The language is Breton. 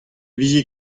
vije